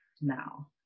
now